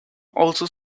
also